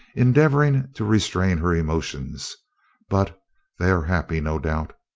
endeavouring to restrain her emotions but they are happy, no doubt.